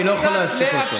אני לא אוכל להשתיק אותו.